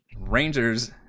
Rangers